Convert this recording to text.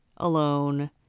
alone